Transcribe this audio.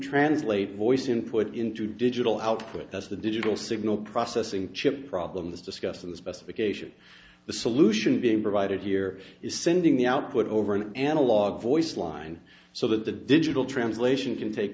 translate voice input into digital output as the digital signal process chip problems discussed in the specification the solution being provided here is sending the output over an analog voice line so that the digital translation can take